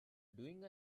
doing